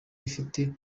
ifite